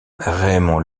raymond